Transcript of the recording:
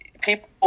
people